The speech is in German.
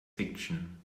fiction